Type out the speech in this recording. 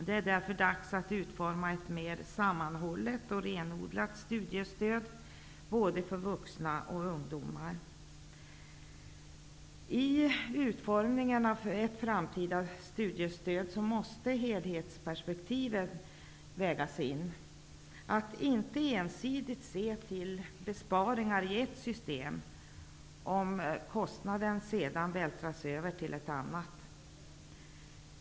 Det är därför dags att utforma ett mera sammanhållet och renodlat studiestöd både för vuxna och för ungdomar. I utformningen av ett framtida studiestöd måste helhetsperspektivet vägas in. Det gäller att inte ensidigt se till besparingar i ett system, om kostnaden sedan vältras över till ett annat.